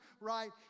right